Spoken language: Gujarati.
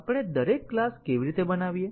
આપણે દરેક ક્લાસ કેવી રીતે બનાવીએ